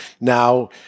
now